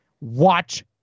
watch